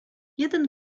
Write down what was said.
jeden